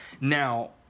Now